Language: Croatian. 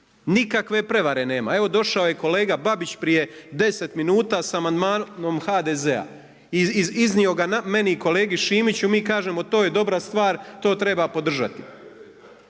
Nikakve prevare nema. evo došao je kolega Babić prije deset minuta sa amandmanom HDZ-a i iznio ga meni i kolegi Šimiću, mi kažemo to je dobra stvar to treba podržati.